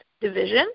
division